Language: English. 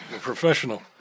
professional